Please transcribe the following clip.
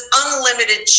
unlimited